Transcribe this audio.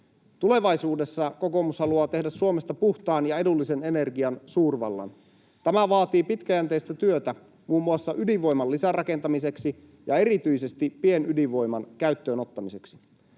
Tulevaisuudessa kokoomus haluaa tehdä Suomesta puhtaan ja edullisen energian suurvallan. Tämä vaatii pitkäjänteistä työtä muun muassa ydinvoiman lisärakentamiseksi ja erityisesti pienydinvoiman käyttöönottamiseksi.